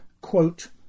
quote